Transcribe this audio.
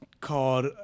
called